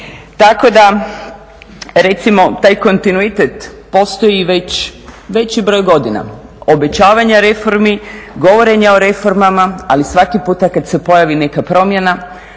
Tako da recimo taj kontinuitet postoji već veći broj godina. Obećavanja reformi, govorenja o reformama ali svaki puta kad se pojavi neka promjena